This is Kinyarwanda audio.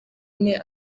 ine